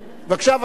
בבקשה.